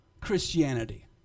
Christianity